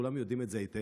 כולם יודעים את זה היטב.